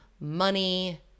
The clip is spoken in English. money